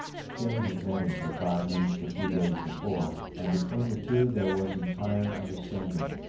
cheyne had met him for five minutes a few days before, and between the two there was entire understanding.